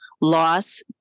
Loss